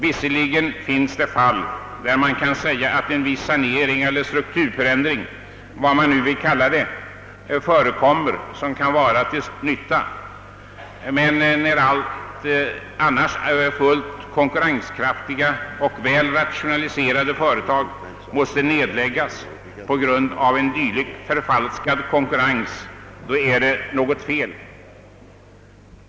Visserligen finns det fall i fråga om vilka man kan säga att en viss sanering, strukturförändring eller 'vad man nu vill kalla det, förekommer som kan vara till nytta, men när annars fullt konkurrenskraftiga och väl rationaliserade företag måste läggas ned på grund av dylik förfalskad konkurrens, då är något fel.